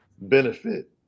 benefit